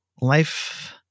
life